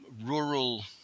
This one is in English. rural